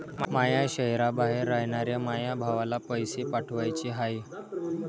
माया शैहराबाहेर रायनाऱ्या माया भावाला पैसे पाठवाचे हाय